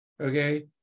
okay